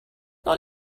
not